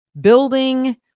building